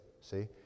See